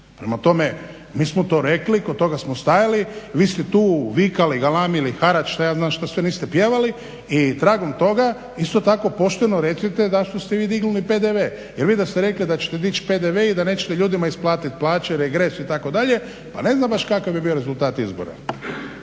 Prema tome mi smo to rekli, kod toga smo stajali, vi ste tu vikali, galamili, harač, šta ja znam šta sve niste pjevali i tragom toga isto tako pošteno recite zašto ste vi dignuli PDV. Jer vi da ste rekli da ćete dići PDV i da nećete ljudima isplatit plaće, regres itd. pa ne znam baš kakav bi bio rezultat izbora.